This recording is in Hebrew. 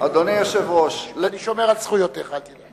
אדוני היושב-ראש, אני שומר על זכויותיך, אל תדאג.